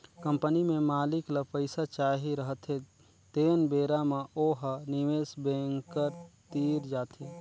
company में मालिक ल पइसा चाही रहथें तेन बेरा म ओ ह निवेस बेंकर तीर जाथे